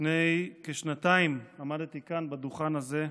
לפני כשנתיים עמדתי כאן, על הדוכן הזה,